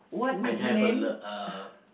and have a l~ uh